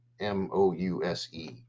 m-o-u-s-e